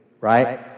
right